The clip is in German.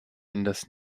indes